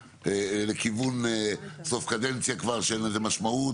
לכיוון סוף קדנציה כבר שאין לזה משמעות,